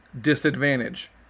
disadvantage